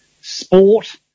sport